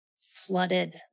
flooded